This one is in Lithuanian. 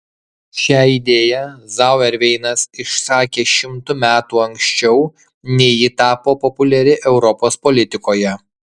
šią idėją zauerveinas išsakė šimtu metų anksčiau nei ji tapo populiari europos politikoje